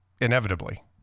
inevitably